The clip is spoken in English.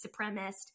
supremacist